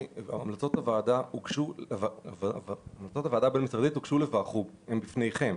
המלצות הוועדה הבין-משרדית הוגשו לוועדה הנכבדת והן בפניכן.